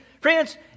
Friends